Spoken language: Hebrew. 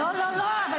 לא, לא, לא.